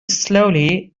slowly